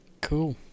Cool